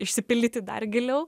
išsipildyti dar giliau